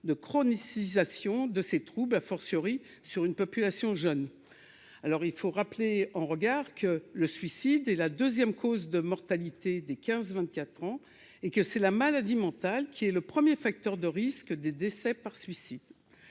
de ici station de ses troupes, à fortiori sur une population jeune, alors il faut rappeler en regard que le suicide est la 2ème cause de mortalité des 15, 24 ans, et que c'est la maladie mentale qui est le 1er, facteur de risque de décès par suicide,